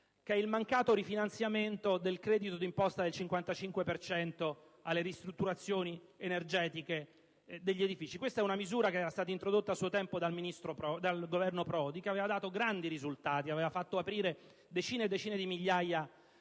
il mancato rifinanziamento del credito di imposta del 55 per cento alle ristrutturazioni energetiche degli edifici. Questa era un misura, introdotta a suo tempo dal Governo Prodi, che aveva dato grandi risultati (aveva fatto aprire decine e decine di migliaia